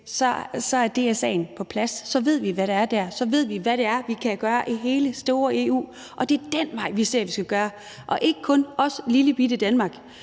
er DSA'en på plads, og så ved vi, hvad der er der; så ved vi, hvad det er, vi kan gøre i hele det store EU. Og det er den vej, vi ser vi skal gå – ikke kun os i lillebitte Danmark.